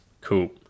Cool